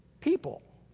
people